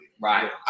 Right